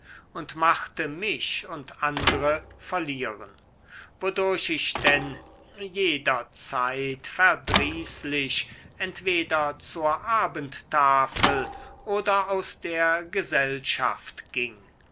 und machte mich und andre verlieren wodurch ich denn jederzeit verdrießlich entweder zur abendtafel oder aus der gesellschaft ging